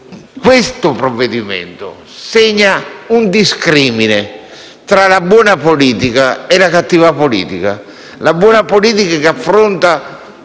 questo provvedimento segni un discrimine tra la buona politica e la cattiva politica. La buona politica affronta